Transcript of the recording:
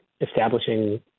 establishing